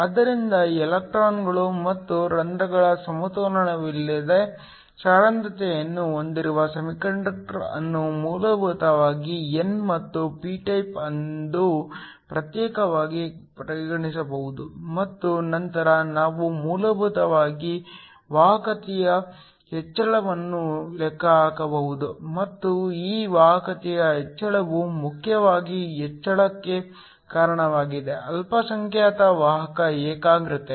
ಆದ್ದರಿಂದ ಎಲೆಕ್ಟ್ರಾನ್ಗಳು ಮತ್ತು ರಂಧ್ರಗಳ ಸಮತೋಲನವಿಲ್ಲದ ಸಾಂದ್ರತೆಯನ್ನು ಹೊಂದಿರುವ ಸೆಮಿಕಂಡಕ್ಟರ್ ಅನ್ನು ಮೂಲಭೂತವಾಗಿ n ಮತ್ತು p ಟೈಪ್ ಎಂದು ಪ್ರತ್ಯೇಕವಾಗಿ ಪರಿಗಣಿಸಬಹುದು ಮತ್ತು ನಂತರ ನಾವು ಮೂಲಭೂತವಾಗಿ ವಾಹಕತೆಯ ಹೆಚ್ಚಳವನ್ನು ಲೆಕ್ಕಹಾಕಬಹುದು ಮತ್ತು ಈ ವಾಹಕತೆಯ ಹೆಚ್ಚಳವು ಮುಖ್ಯವಾಗಿ ಹೆಚ್ಚಳಕ್ಕೆ ಕಾರಣವಾಗಿದೆ ಅಲ್ಪಸಂಖ್ಯಾತ ವಾಹಕ ಏಕಾಗ್ರತೆ